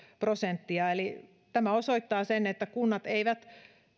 prosenttia niin tämä osoittaa sen että kunnat eivät